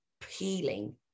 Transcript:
peeling